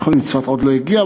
לבית-החולים בצפת עוד לא הגיע,